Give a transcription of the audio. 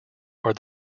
are